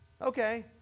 okay